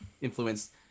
influenced